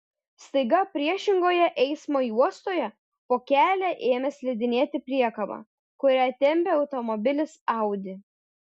staiga priešingoje eismo juostoje po kelią ėmė slidinėti priekaba kurią tempė automobilis audi